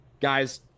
guys